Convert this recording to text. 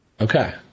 Okay